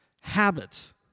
habits